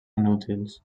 inútils